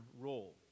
role